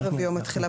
ערב יום התחילה,